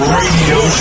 radio